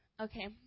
Okay